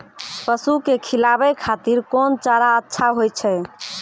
पसु के खिलाबै खातिर कोन चारा अच्छा होय छै?